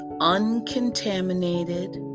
uncontaminated